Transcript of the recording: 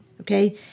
okay